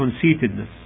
conceitedness